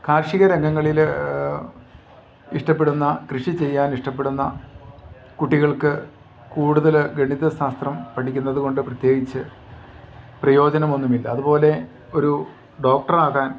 കാർഷിക രംഗങ്ങളിൽ ഇഷ്ടപ്പെടുന്ന കൃഷി ചെയ്യാൻ ഇഷ്ടപ്പെടുന്ന കുട്ടികൾക്ക് കൂടുതൽ ഗണിത ശാസ്ത്രം പഠിക്കുന്നതുകൊണ്ട് പ്രത്യേകിച്ച് പ്രയോജനമൊന്നുമില്ല അതുപോലെ ഒരു ഡോക്ടറാകാൻ